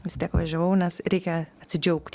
vis tiek važiavau nes reikia atsidžiaugt